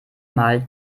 mal